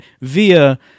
via